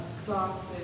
exhausted